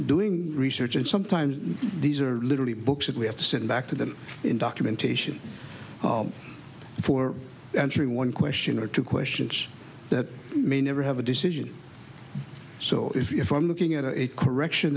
doing research and sometimes these are literally books that we have to send back to them in documentation for entry one question or two questions that may never have a decision so if i'm looking at a correction